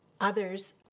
Others